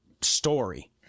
story